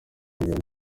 imigabo